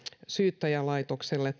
syyttäjälaitokselle